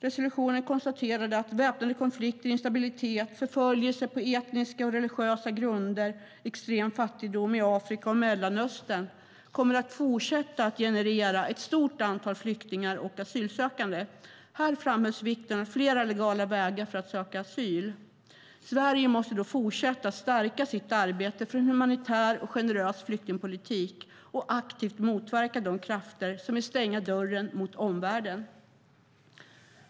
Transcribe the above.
Resolutionen konstaterar att väpnade konflikter och instabilitet, förföljelse på etniska och religiösa grunder och extrem fattigdom i Afrika och Mellanöstern kommer att fortsätta att generera ett stort antal flyktingar och asylsökande. Här framhölls vikten av fler legala vägar för att söka asyl. Sverige måste fortsätta att stärka sitt arbete för en human och generös flyktingpolitik och aktivt motverka de krafter som vill stänga dörren mot omvärlden.